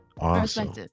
awesome